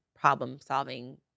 problem-solving